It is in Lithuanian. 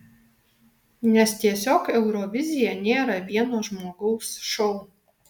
nes tiesiog eurovizija nėra vieno žmogaus šou